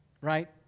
right